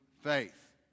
faith